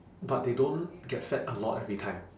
but they don't get fed a lot every time